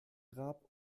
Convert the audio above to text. grab